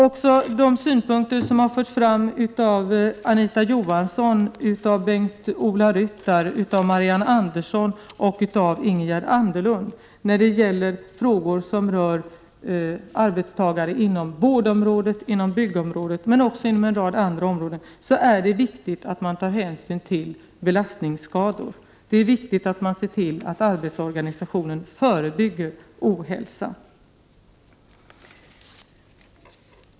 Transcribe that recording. Beträffande de synpunkter som har förts fram av Anita Johansson, Bengt-Ola Ryttar, Marianne Andersson och Ingegerd Anderlund i frågor som rör arbetstagare inom vårdområdet, byggområdet och en rad andra områden vill jag säga att det är viktigt att man tar hänsyn till belastningsskador och att man ser till att arbetsorganisationen förebygger ohälsa.